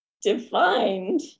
defined